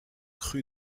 rue